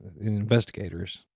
investigators